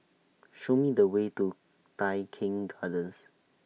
Show Me The Way to Tai Keng Gardens